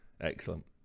Excellent